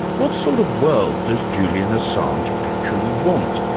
what sort of world does julian assange actually want?